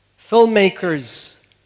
filmmakers